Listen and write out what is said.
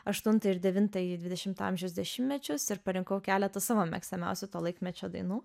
aštuntą ir devintąjį dvidešimto amžiaus dešimtmečius ir parinkau keletą savo mėgstamiausių to laikmečio dainų